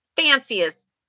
fanciest